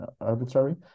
arbitrary